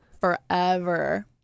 forever